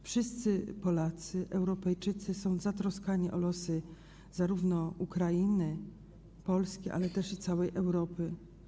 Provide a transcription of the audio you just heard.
Wszyscy Polacy, Europejczycy są zatroskani o losy zarówno Ukrainy, Polski, ale też całej Europy.